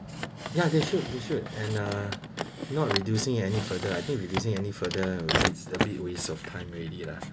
ya they should they should and uh not reducing any further I think reducing any further will a bit waste of time already lah